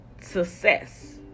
success